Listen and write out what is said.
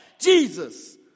Jesus